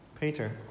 Peter